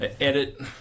edit